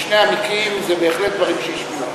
בשני המקרים זה בהחלט דברים שישפיעו.